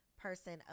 person